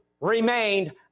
remained